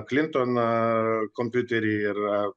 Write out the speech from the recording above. klinton kompiuterį ir